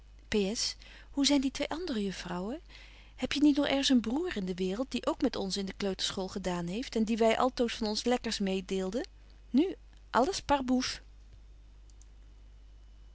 hoe zyn die twee andere juffrouwen hebje niet nog ergens een broêr in de waereld die ook met ons in de kleuterschool gegaan heeft en die wy altoos van ons lekkers medeelden nu alles